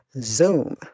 Zoom